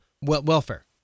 Welfare